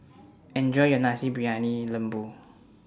Enjoy your Nasi Briyani Lembu